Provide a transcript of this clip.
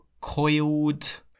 coiled